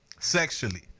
sexually